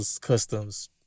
customs